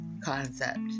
concept